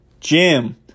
gym